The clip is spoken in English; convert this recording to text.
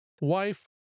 wife